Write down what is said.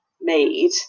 made